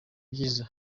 byiza